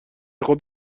خود